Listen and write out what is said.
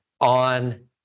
on